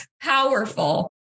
Powerful